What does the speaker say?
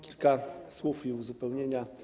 Kilka słów uzupełnienia.